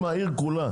אם העיר כולה,